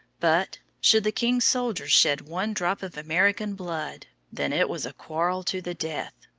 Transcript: but, should the king's soldiers shed one drop of american blood, then it was a quarrel to the death.